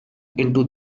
into